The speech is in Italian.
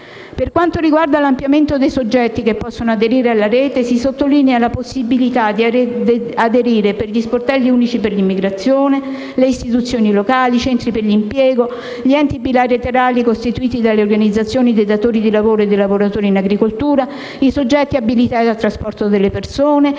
Per quanto riguarda l'ampliamento dei soggetti che possono aderire alla Rete, si sottolinea la possibilità di aderire per gli sportelli unici per l'immigrazione, le istituzioni locali, i centri per l'impiego, gli enti bilaterali costituiti dalle organizzazioni dei datori di lavoro e dei lavoratori in agricoltura, i soggetti abilitati al trasporto delle persone